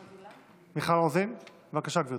מיכל רוזין, בבקשה, גברתי.